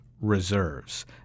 reserves